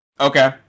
Okay